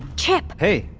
chip! hey,